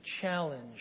challenge